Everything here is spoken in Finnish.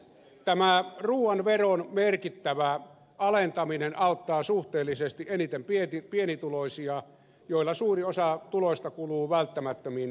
kaiken lisäksi tämä ruuan veron merkittävä alentaminen auttaa suhteellisesti eniten pienituloisia joilla suuri osa tuloista kuluu välttämättömiin elintarvikkeisiin